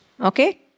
Okay